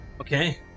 okay